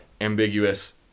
ambiguous